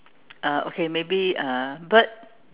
uh okay maybe uh bird